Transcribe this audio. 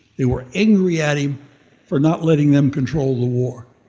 they were angry at him for not letting them control the war,